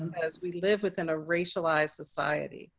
because we live within a racialized society.